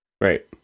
Right